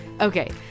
Okay